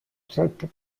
sette